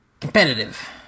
Competitive